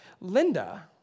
Linda